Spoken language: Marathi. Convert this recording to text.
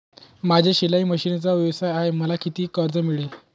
माझा शिलाई मशिनचा व्यवसाय आहे मला किती कर्ज मिळेल?